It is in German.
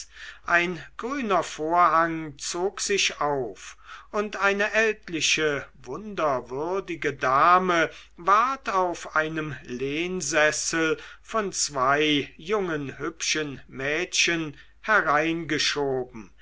ein grüner vorhang zog sich auf und eine ältliche wunderwürdige dame ward auf einem lehnsessel von zwei jungen hübschen mädchen hereingeschoben